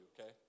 okay